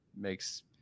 makes